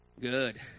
Good